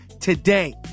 today